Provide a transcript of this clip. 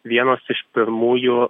vienos iš pirmųjų